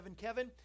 Kevin